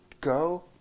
go